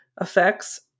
effects